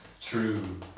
true